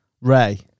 Ray